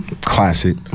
Classic